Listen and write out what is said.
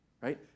right